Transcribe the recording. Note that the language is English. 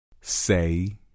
Say